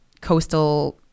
coastal –